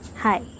Hi